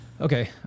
Okay